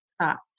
thoughts